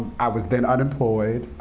i was then unemployed,